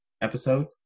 episode